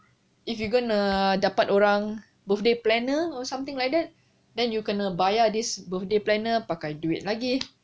if you gonna dapat orang birthday planner or something like that then you kena bayar this birthday planner pakai duit lagi